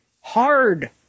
hard